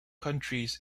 countries